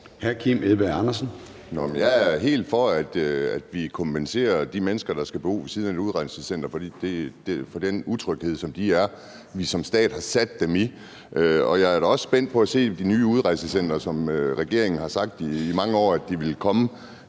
jeg er helt for, at vi kompenserer de mennesker, der skal bo ved siden af et udrejsecenter, for den utryghed, som vi som stat har udsat dem for. Og jeg er da også spændt på at se, hvor de nye udrejsecentre, som regeringen i mange år har sagt at de vil komme